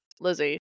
Lizzie